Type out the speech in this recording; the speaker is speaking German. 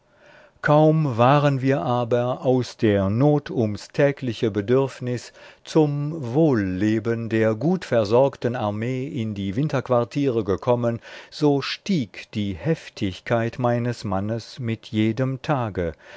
kaum waren wir aber aus der not ums tägliche bedürfnis zum wohlleben der gut versorgten armee in die winterquartiere gekommen so stieg die heftigkeit meines mannes mit jedem tage